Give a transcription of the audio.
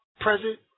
present